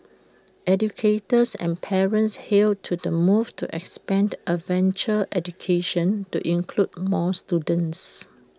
educators and parents hailed to the move to expand adventure education to include more students